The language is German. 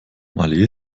malé